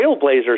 Trailblazers